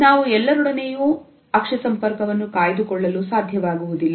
ನಾವು ಎಲ್ಲರೊಡನೆಯೂ ಅಕ್ಷಿ ಸಂಪರ್ಕವನ್ನು ಕಾಯ್ದುಕೊಳ್ಳಲು ಸಾಧ್ಯವಾಗುವುದಿಲ್ಲ